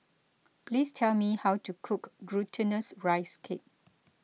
please tell me how to cook Glutinous Rice Cake